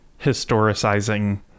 historicizing